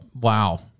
wow